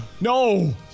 No